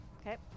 Okay